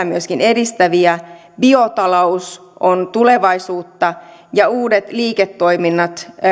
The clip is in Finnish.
myöskin edistäviä biotalous on tulevaisuutta ja uudet liiketoiminnat